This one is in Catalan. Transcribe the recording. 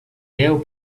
deu